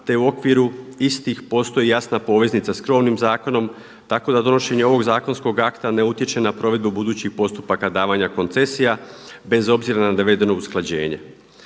te u okviru istih postoji i jasna poveznica sa krovnim zakonom, tako da donošenje ovog zakonskog akta ne utječe na provedbu budućih postupaka davanja koncesija bez obzira na navedeno usklađenje.